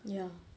ya